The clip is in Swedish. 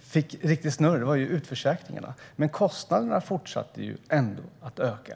fick riktig snurr var utförsäkringarna, men kostnaderna fortsatte ändå att öka.